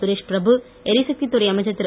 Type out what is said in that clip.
சுரேஷ்பிரபு எரிசக்தி துறை அமைச்சர் திரு